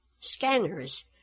scanners